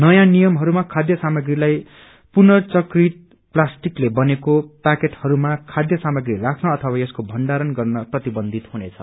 नयाँ निमयमहस्बम खाथ्य सामग्रीलाई पुनरचकित प्लास्टिकले बनेको पैकेटहरूमा खाथ्य सामग्री राख्न अथवा यसको भंडारण गर्न प्रतिवन्धित हुनेछ